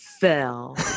fell